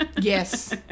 yes